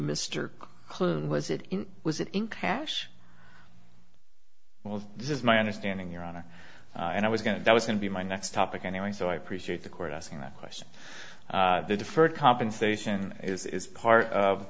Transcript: mr clooney was it in was it in cash this is my understanding your honor and i was going to that was going to be my next topic anyway so i appreciate the court asking that question the deferred compensation is is part of